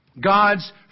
God's